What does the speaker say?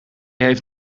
heeft